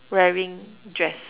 wearing dress